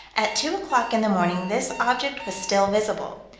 at two o'clock in the morning this object was still visible.